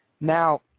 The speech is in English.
Now